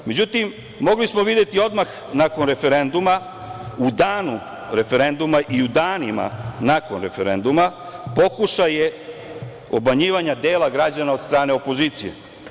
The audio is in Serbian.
Međutim, mogli smo videti odmah nakon referenduma, u danu referenduma i danima nakon referenduma pokušaje obmanjivanja dela građana od strane opozicije.